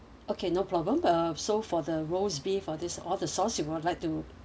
okay no problem uh so for the roll beef for this all the sauce you would like to